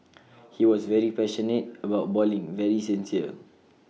he was very passionate about bowling very sincere